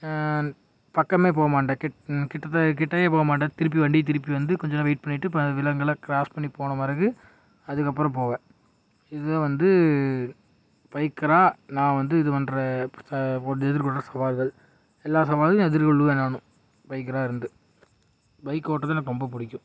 பக்கமே போக மாட்டேன் கிட் கிட்டதான் கிட்டையே போகமாட்டேன் திருப்பி வண்டியை திருப்பிகிட்டு வந்து கொஞ்சம் நேரம் வெய்ட் பண்ணிவிட்டு இப்போ விலங்குலாம் கிராஸ் பண்ணி போன பிறகு அதற்கப்பறோம் போவேன் இதான் வந்து பைக்கராக நான் வந்து இது பண்ணுற சா போட்டு எதிர்கொள்கிற சவால்கள் எல்லாம் சவாலும் நான் எதிர்கொள்ளுவேன் நானும் பைக்கராக இருந்து பைக் ஓட்டுறது எனக்கு ரொம்ப பிடிக்கும்